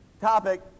topic